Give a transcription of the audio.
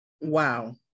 Wow